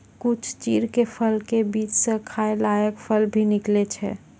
कुछ चीड़ के फल के बीच स खाय लायक फल भी निकलै छै